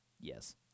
Yes